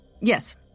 Yes